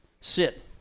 Sit